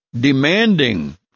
demanding